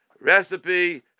recipe